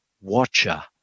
watcher